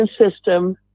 system